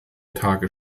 tage